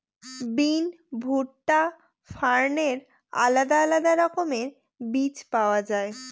বিন, ভুট্টা, ফার্নের আলাদা আলাদা রকমের বীজ পাওয়া যায়